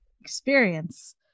experience